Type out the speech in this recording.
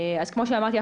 אז כמו שאמרתי,